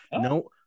no